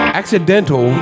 accidental